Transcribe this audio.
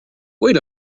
wait